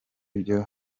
ibyo